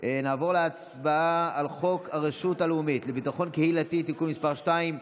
נעבור להצבעה על חוק הרשות הלאומית לביטחון קהילתי (תיקון מס' 2),